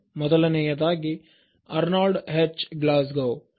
ಮೊದಲನೆಯದಾಗಿ Arnold H Glasgow Arnold H